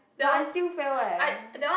but I still fail eh